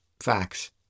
facts